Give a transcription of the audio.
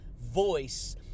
voice